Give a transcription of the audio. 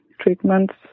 treatments